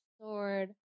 sword